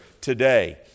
today